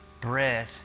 bread